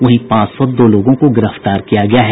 वहीं पांच सौ दो लोगों को गिरफ्तार किया गया है